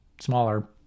smaller